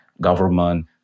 government